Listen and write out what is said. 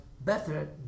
better